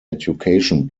education